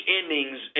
endings